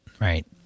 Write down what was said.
right